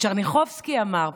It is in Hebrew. טשרניחובסקי אמר פעם: